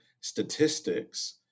statistics